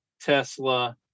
Tesla